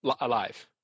alive